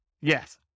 Yes